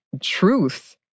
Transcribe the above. truth